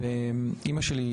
אימא שלי,